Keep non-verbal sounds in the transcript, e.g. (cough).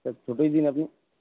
(unintelligible) ছোটোই দিন আপনি